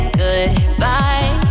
goodbye